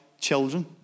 children